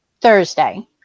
Thursday